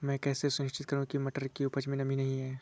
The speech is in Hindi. मैं कैसे सुनिश्चित करूँ की मटर की उपज में नमी नहीं है?